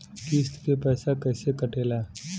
किस्त के पैसा कैसे कटेला?